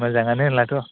मोजाङानो होनब्लाथ'